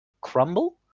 crumble